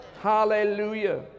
hallelujah